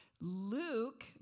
Luke